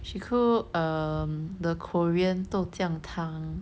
she cook um the korean 豆酱汤